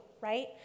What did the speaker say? right